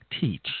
teach